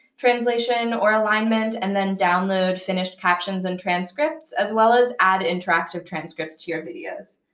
translation, or alignment, and then download finished captions and transcripts, as well as add interactive transcripts to your videos.